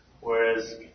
Whereas